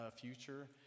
future